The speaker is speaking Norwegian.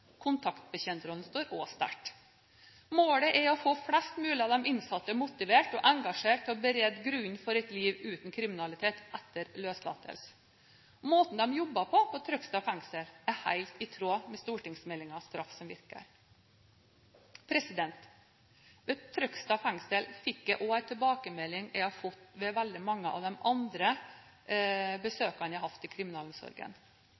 står også sterkt. Målet er å få flest mulig av de innsatte motivert og engasjert til å berede grunnen for et liv uten kriminalitet etter løslatelse. Måten de jobbet på ved Trøgstad fengsel, er helt i tråd med stortingsmeldingen Straff som virker. Ved Trøgstad fengsel fikk jeg også en tilbakemelding jeg har fått ved veldig mange av de andre